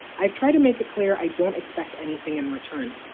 i've tried to make it clear i don't expect anything in return,